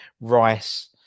Rice